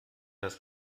das